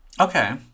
Okay